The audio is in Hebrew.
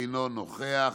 אינו נוכח,